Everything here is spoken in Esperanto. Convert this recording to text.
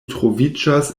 troviĝas